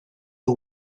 you